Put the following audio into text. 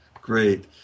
great